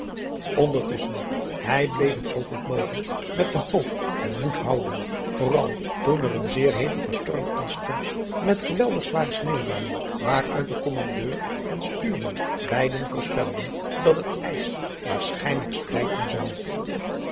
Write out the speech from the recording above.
ondertusschen hij bleef het zoo goed mogelijk met de hoop en moed houden vooral toen er een zeer hevige storm ontstond met geweldig zware sneeuwbuijen waaruit de kommandeur en stuurman beiden voorspelden dat het ijs waarschijnlijk splijten zou